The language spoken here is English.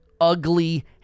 ugly